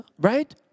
Right